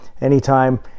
anytime